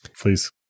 please